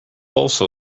also